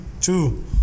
two